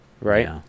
right